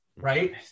right